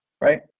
right